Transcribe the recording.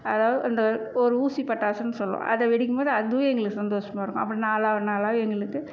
அதாவது இந்த ஒரு ஊசி பட்டாசுனு சொல்வோம் அதை வெடிக்கும் போது அதுவும் எங்களுக்கு சந்தோசமாக இருக்கும் அப்படி நாளாக நாளாக எங்களுக்கு